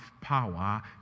power